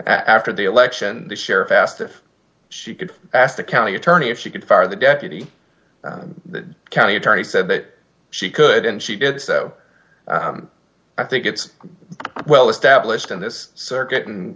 after the election the sheriff asked if she could ask the county attorney if she could fire the deputy county attorney said that she could and she did so i think it's well established in this circuit and